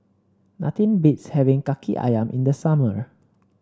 nothing beats having kaki ayam in the summer